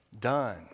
done